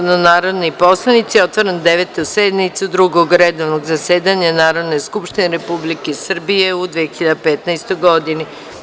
gospodo narodni poslanici, otvaram Devetu sednice Drugog redovnog zasedanja Narodne skupštine Republike Srbije u 2015. godini.